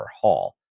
Hall